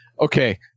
okay